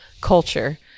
culture